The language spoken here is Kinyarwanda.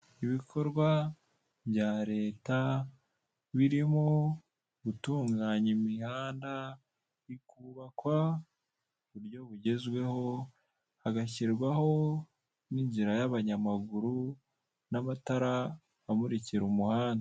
Ibikorwa bya leta birimo gutunganya imihanda bikubakwa ku buryo bugezweho, hagashyirwaho n'inzira y'abanyamaguru n'amatara amurikira umuhanda.